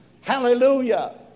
Hallelujah